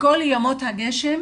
בכל ימי הגשם